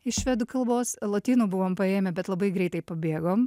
iš švedų kalbos lotynų buvom paėmę bet labai greitai pabėgom